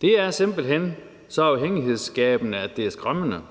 Det er simpelt hen så afhængighedsskabende, at det er skræmmende.